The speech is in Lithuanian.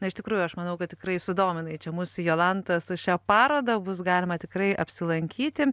na iš tikrųjų aš manau kad tikrai sudominai čia mus jolanta su šia paroda bus galima tikrai apsilankyti